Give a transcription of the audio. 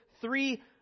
three